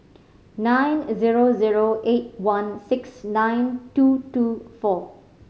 nine zero zero eight one six nine two two four